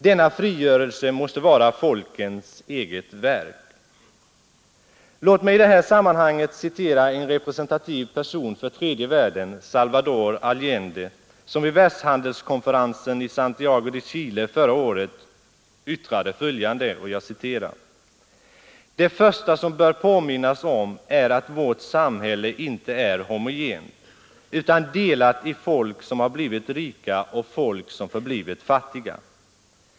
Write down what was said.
Denna frigörelse måste vara folkens eget verk. Låt mig i det här sammanhanget citera en representativ person för tredje världen, Salvador Allende, som vid världshandelskonferensen i Santiago de Chile förra året yttrade följande: ”Det första som bör påminnas om är att vårt samhälle inte är homogent utan delat i folk som har blivit rika och folk som förblivit fattiga.